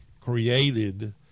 created